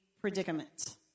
predicament